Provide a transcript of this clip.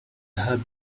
have